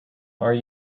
are